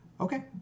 okay